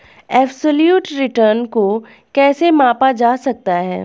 Absolute return को कैसे मापा जा सकता है?